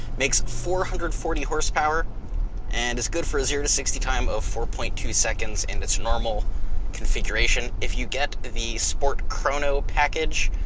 makes four hundred and forty horsepower and is good for zero to sixty time of four point two seconds in its normal configuration. if you get the sport chrono package,